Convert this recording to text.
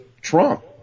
trump